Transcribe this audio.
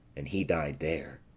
and he died there.